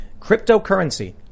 Cryptocurrency